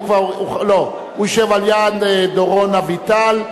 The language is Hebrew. ישב ליד דורון אביטל.